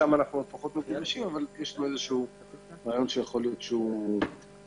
שם אנחנו פחות מגובשים אבל יש רעיון שיכול להיות שהוא יעבוד.